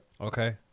Okay